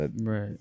Right